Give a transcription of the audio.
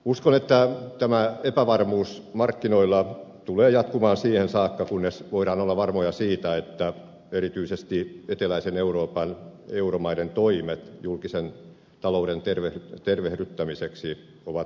uskon että tämä epävarmuus markkinoilla tulee jatkumaan siihen saakka kunnes voidaan olla varmoja siitä että erityisesti eteläisen euroopan euromaiden toimet julkisen talouden tervehdyttämiseksi ovat riittäviä